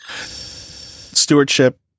Stewardship